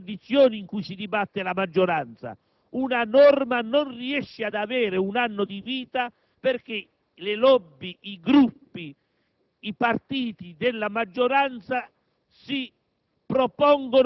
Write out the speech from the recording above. in Senato. Anche questo è il segno delle contraddizioni in cui si dibatte la maggioranza, una norma non riesce a compiere un anno di vita perché le *lobbies*, i Gruppi,